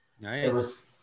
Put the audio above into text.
Nice